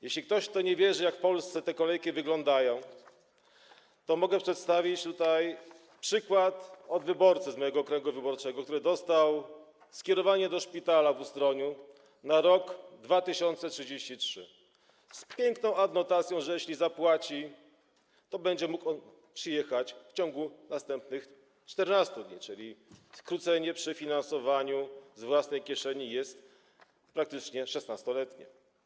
Jeśli ktoś nie wierzy w to, jak w Polsce te kolejki wyglądają, to mogę przedstawić tutaj przykład wyborcy z mojego okręgu wyborczego, który dostał skierowanie do szpitala w Ustroniu na rok 2033 z piękną adnotacją, że jeśli zapłaci, to będzie mógł przyjechać w ciągu następnych 14 dni, czyli skrócenie tego czasu przy finansowaniu z własnej kieszeni jest praktycznie 16-letnie.